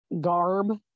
garb